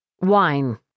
Wine